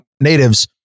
natives